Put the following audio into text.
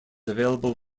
available